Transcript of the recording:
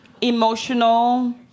emotional